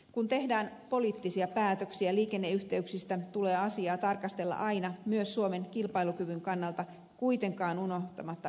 kun tehdään poliittisia päätöksiä liikenneyhteyksistä tulee asiaa tarkastella aina myös suomen kilpailukyvyn kannalta kuitenkaan unohtamatta ympäristönäkökulmaa